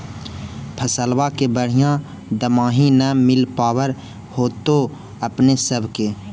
फसलबा के बढ़िया दमाहि न मिल पाबर होतो अपने सब के?